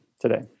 today